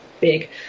big